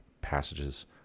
passages